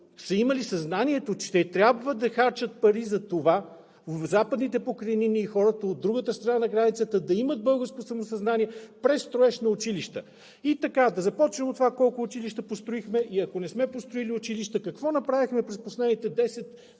са имали съзнанието, че трябва да харчат пари за това в Западните покрайнини и хората от другата страна на границата да имат българско самосъзнание през строежа на училища. Нека да започнем от това: колко училища построихме – и ако не сме построили училища, какво направихме през последните 10